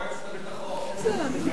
מועצת הביטחון.